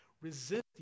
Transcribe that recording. Resist